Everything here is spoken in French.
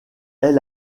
est